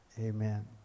Amen